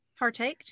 Partaked